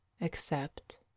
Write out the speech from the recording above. accept